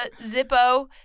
Zippo